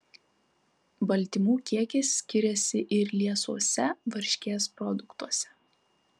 baltymų kiekis skiriasi ir liesuose varškės produktuose